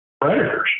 predators